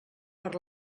per